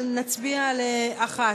אבל נצביע על 1,